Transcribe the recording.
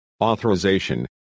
authorization